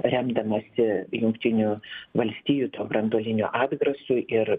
remdamasi jungtinių valstijų tuo branduoliniu atgrasu ir